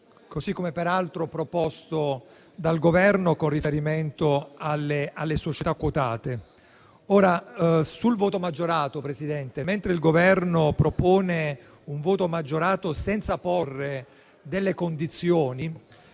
così come peraltro proposto dal Governo, con riferimento alle società quotate. Sul punto, signor Presidente, mentre il Governo propone un voto maggiorato senza porre delle condizioni,